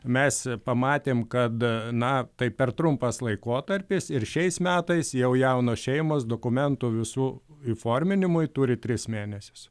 mes pamatėm kad na tai per trumpas laikotarpis ir šiais metais jau jaunos šeimos dokumentų visų įforminimui turi tris mėnesius